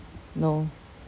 no